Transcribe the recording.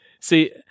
See